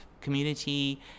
community